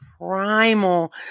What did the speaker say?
primal